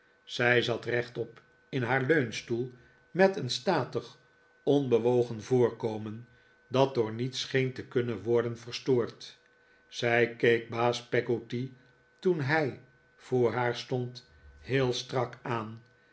zij zat rechtop in haar leunstoel met een statig onbewogen voorkomen dat door niets scheen te kunnen worden verstoord zij keek baas peggotty toen hij voor haar stond heel strak aan